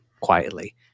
quietly